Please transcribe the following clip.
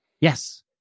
yes